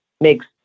makes